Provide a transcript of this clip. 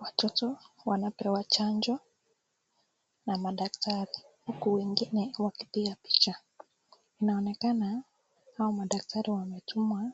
Watoto wanapewa chanjo na madaktari huku wengine wakipiga picha. Inaonekana hao madaktari wametumwa